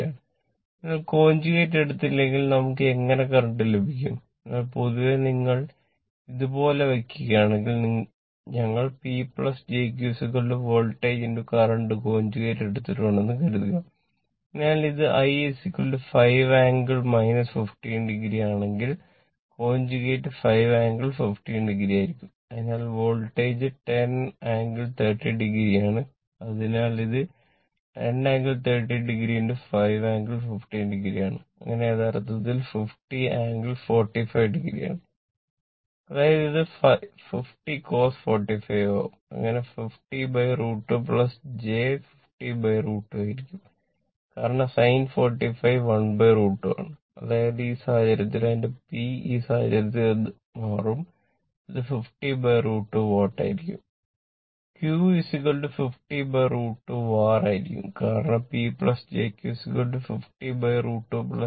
അതിനാൽ conjugate 10∟30 o ആണ് അതിനാൽ ഇത് 10 ∟30o 5 ∟ 15o ആണ് അങ്ങനെ യഥാർത്ഥത്തിൽ 50 ∟45 o ആണ് അതായത് ഇത് 50 cos 45 ആകും അങ്ങനെ 50√ 2 j 50√ 2 ആയിരിക്കും കാരണം sin 45 1√ 2 ആണ് അതായത് ഈ സാഹചര്യത്തിൽ എന്റെ P ഈ സാഹചര്യത്തിൽ മാറും അത് 50√ 2 വാട്ട് ആയിരിക്കും Q 50√ 2 VAr ആയിരിക്കും കാരണം P jQ 50√ 2 j 50√ 2